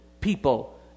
people